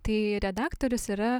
tai redaktorius yra